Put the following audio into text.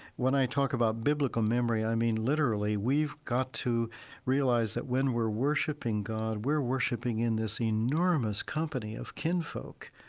when i talk about biblical memory, i mean literally we've got to realize that when we're worshipping god we're worshipping in this enormous company of kinfolk.